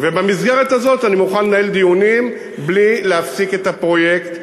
במסגרת הזאת אני מוכן לנהל דיונים בלי להפסיק את הפרויקט.